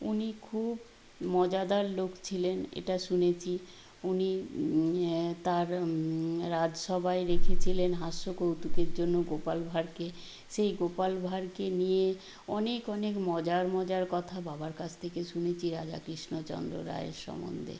উনি খুব মজাদার লোক ছিলেন এটা শুনেছি উনি তার রাজসভায় রেখেছিলেন হাস্য কৌতুকের জন্য গোপাল ভাঁড়কে সেই গোপাল ভাঁড়কে নিয়ে অনেক অনেক মজার মজার কথা বাবার কাছ থেকে শুনেছি রাজা কৃষ্ণচন্দ্র রায়ের সম্বন্ধে